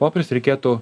popierius reikėtų